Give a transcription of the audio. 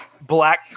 black